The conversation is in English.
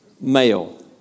male